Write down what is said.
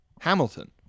Hamilton